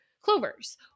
clovers